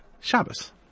Shabbos